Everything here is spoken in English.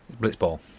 Blitzball